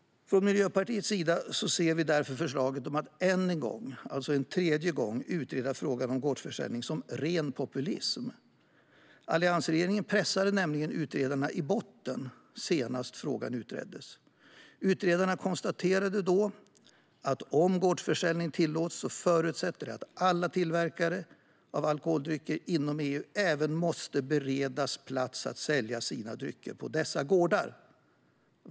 Från Miljöpartiets sida ser vi därför förslaget att än en gång, alltså en tredje gång, utreda frågan om gårdsförsäljning som ren populism. Alliansregeringen pressade nämligen utredarna i botten senast frågan utreddes. Utredarna konstaterade då att om gårdsförsäljning tillåts förutsätter det att alla tillverkare av alkoholdrycker inom EU måste beredas plats att sälja sina drycker även på dessa gårdar.